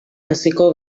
hasiko